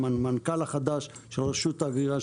עם המנכ"ל החדש של רשות ההגירה,